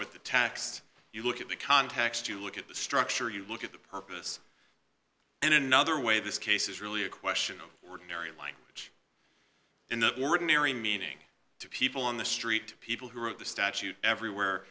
with the text you look at the context you look at the structure you look at the purpose and in another way this case is really a question were very light in the ordinary meaning to people on the street to people who wrote the statute everywhere